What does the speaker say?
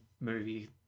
movie